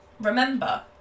Remember